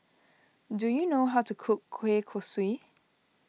do you know how to cook Kueh Kosui